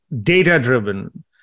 data-driven